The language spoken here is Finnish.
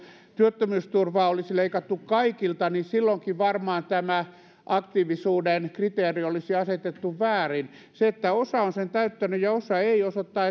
työttömyysturvaa olisi leikattu kaikilta niin silloinkin varmaan tämä aktiivisuuden kriteeri olisi asetettu väärin se että osa on sen täyttänyt ja osa ei osoittaa